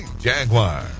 Jaguar